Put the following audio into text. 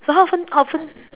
so how often how often